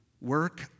work